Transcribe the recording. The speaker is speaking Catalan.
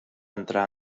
entrar